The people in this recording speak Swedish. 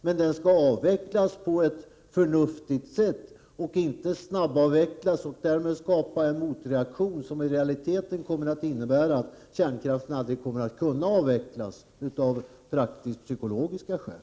Men den skall avvecklas på ett förnuftigt sätt och inte snabbavvecklas. Därmed skapas en motreaktion, som i realiteten kommer att innebära att kärnkraften aldrig kommer att kunna avvecklas av praktiskpsykologiska skäl.